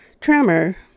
tremor